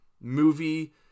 movie